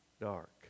Dark